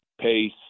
pace